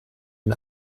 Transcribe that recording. den